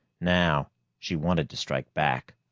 now she wanted to strike back.